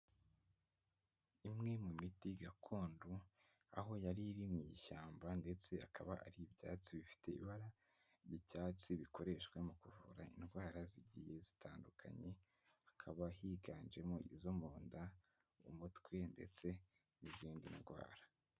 Imwe mu miti gakondo aho yari iri mu ishyamba ndetse akaba ari ibyatsi bifite ibara ry'icyatsi bikoreshwa mu kuvura indwara zigiye zitandukanye, hakaba higanjemo izo mu nda, mu mutwe ndetse n'izindi ndwara.